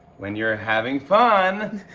when you're having fun.